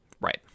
Right